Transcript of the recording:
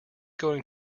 going